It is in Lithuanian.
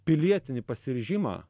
pilietinį pasiryžimą